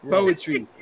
Poetry